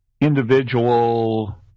individual